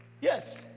Yes